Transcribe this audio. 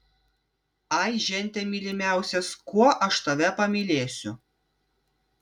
ai žente mylimiausias kuo aš tave pamylėsiu